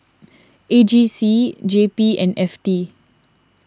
A G C J P and F T